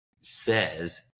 says